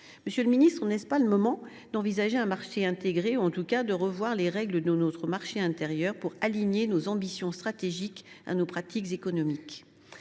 Monsieur le ministre, n’est ce pas le moment d’envisager un marché intégré ou, en tout cas, de revoir les règles de notre marché intérieur pour aligner nos ambitions stratégiques sur nos pratiques économiques ?